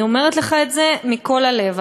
אני אומרת לך את זה מכל הלב.